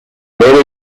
many